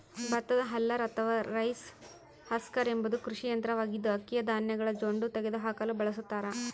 ಭತ್ತದ ಹಲ್ಲರ್ ಅಥವಾ rice husker ಎಂಬುದು ಕೃಷಿ ಯಂತ್ರವಾಗಿದ್ದು, ಅಕ್ಕಿಯ ಧಾನ್ಯಗಳ ಜೊಂಡು ತೆಗೆದುಹಾಕಲು ಬಳಸತಾರ